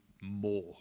more